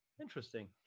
Interesting